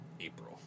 April